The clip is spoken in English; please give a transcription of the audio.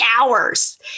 hours